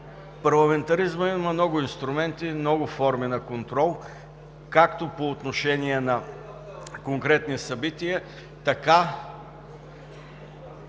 Парламентаризмът има много инструменти и много форми на контрол както по отношение на конкретни събития, така